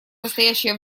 настоящее